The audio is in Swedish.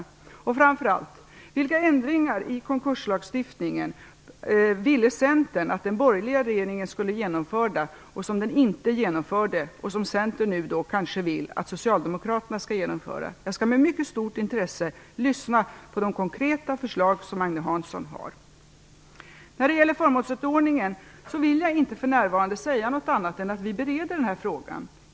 Jag undrar framför allt vilka ändringar i konkurslagstiftningen som Centern ville att den borgerliga regeringen skulle genomföra, men inte genomförde, och som man nu kanske vill att Socialdemokraterna skall genomföra. Jag skall med mycket stort intresse lyssna på de konkreta förslag som Agne När det gäller förmånsrättsordningen vill jag inte för närvarande säga något annat än att vi bereder den frågan.